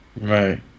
right